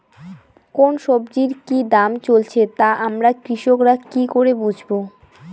কোন সব্জির কি দাম চলছে তা আমরা কৃষক রা কি করে বুঝবো?